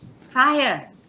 Fire